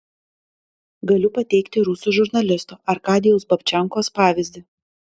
galiu pateikti rusų žurnalisto arkadijaus babčenkos pavyzdį